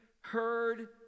heard